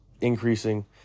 increasing